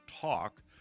talk